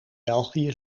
belgië